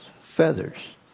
feathers